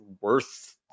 worth